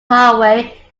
highway